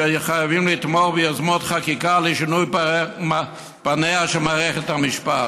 שחייבים לתמוך ביוזמות חקיקה לשינוי פניה של מערכת המשפט.